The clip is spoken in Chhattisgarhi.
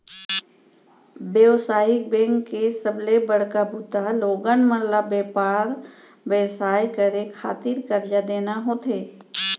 बेवसायिक बेंक के सबले बड़का बूता लोगन मन ल बेपार बेवसाय करे खातिर करजा देना होथे